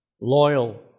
loyal